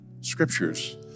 scriptures